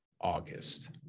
August